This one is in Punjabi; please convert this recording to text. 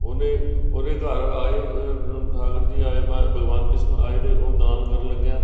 ਉਹਨੇ ਉਹਦੇ ਘਰ ਆਏ ਠਾਕੁਰ ਜੀ ਆਏ ਮੈਂ ਭਗਵਾਨ ਕ੍ਰਿਸ਼ਨ ਆਏ ਤੇ ਉਹ ਦਾਨ ਕਰਨ ਲੱਗਿਆ